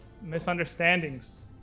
misunderstandings